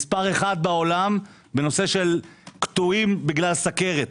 מס' 1 בעולם בנושא של קטועי איברים בגלל סוכרת.